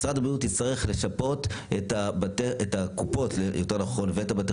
משרד הבריאות יצטרך לשפות את הקופות ואת בתי